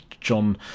John